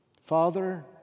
Father